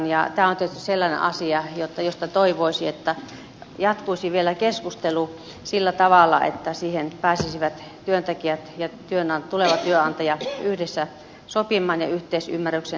tämä on tietysti sellainen asia josta toivoisi että jatkuisi vielä keskustelu sillä tavalla että siihen pääsisivät työntekijät ja tuleva työnantaja yhdessä sopimaan ja yhteisymmärryksen löytämään